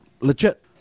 legit